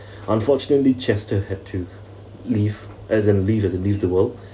unfortunately chester had to leave as in leave as in leave the world